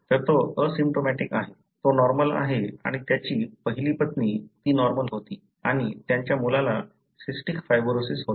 तर तो असिम्प्टोमॅटिक आहे तो नॉर्मल आहे आणि त्याची पहिली पत्नी ती नॉर्मल होती आणि त्यांच्या मुलाला सिस्टिक फायब्रोसिस होता